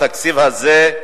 בתקציב הזה.